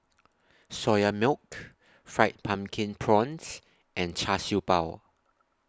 Soya Milk Fried Pumpkin Prawns and Char Siew Bao